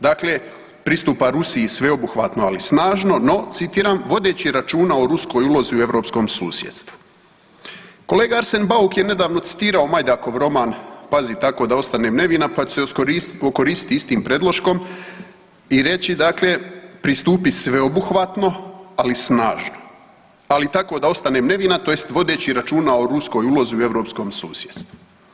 Dakle, pristupa Rusiji sveobuhvatno ali snažno, no citiram: „vodeći računa o ruskoj ulozi u europskom susjedstvu.“ Kolega Arsen Bauk je nedavno citirao Majdakov roman „Pazi tako da ostanem nevina“ pa ću se okoristiti istim predloškom i reći, dakle pristupi sveobuhvatno ali snažno ali tako da ostanem nevina, tj. vodeći računa o ruskoj ulozi u europskom susjedstvu.